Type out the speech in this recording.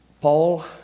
Paul